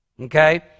Okay